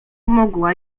mogła